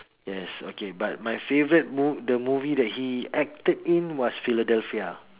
yes okay but my favourite the movie that he acted in was Philadelphia